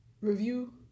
review